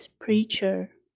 preacher